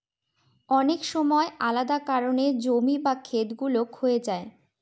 অনেক সময় আলাদা কারনে জমি বা খেত গুলো ক্ষয়ে যায়